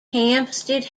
hampstead